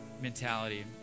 mentality